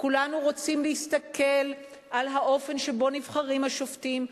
כולנו רוצים להסתכל על האופן שבו נבחרים השופטים,